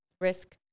risk